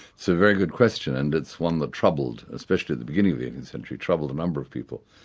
so very good question and it's one that troubled, especially at the beginning of the eighteenth century, troubled a number of people.